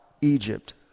Egypt